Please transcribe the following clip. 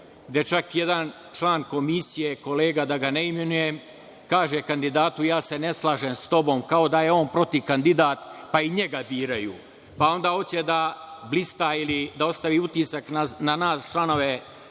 gde čak jedan član Komisije, kolega, da ga ne imenujem, kaže kandidatu – ja se ne slažem s tobom, kao da je on protivkandidat pa i njega biraju. Pa, onda hoće da blista ili da ostavi utisak na nas članove Odbora